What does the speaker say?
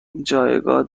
جایگاه